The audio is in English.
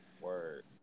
word